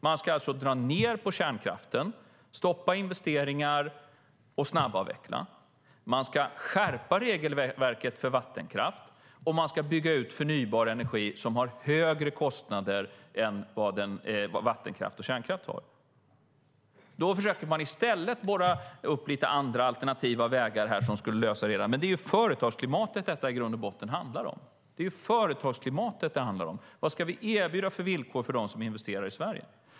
Man ska dra ned på kärnkraften, stoppa investeringar och snabbavveckla. Man ska skärpa regelverket för vattenkraft, och man ska bygga ut förnybar energi som har högre kostnader än vad vattenkraft och kärnkraft har. Då försöker man i stället borra upp alternativa vägar som skulle lösa det hela, men det är företagsklimatet som detta i grund och botten handlar om. Det är företagsklimatet som det handlar om. Vad ska vi erbjuda för villkor för dem som investerar i Sverige?